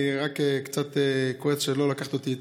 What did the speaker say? אני רק קצת כועס שלא לקחת אותי איתך,